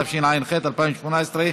התשע"ח 2018,